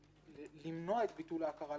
למנוע את ביטול ההכרה,